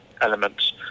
elements